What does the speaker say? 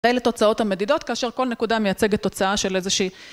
אלה תוצאות המדידות, כאשר כל נקודה מייצגת תוצאה של איזושהי...